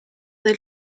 del